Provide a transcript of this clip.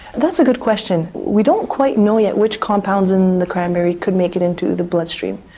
that's a good question. we don't quite know yet which compounds in the cranberry could make it into the bloodstream,